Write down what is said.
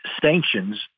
sanctions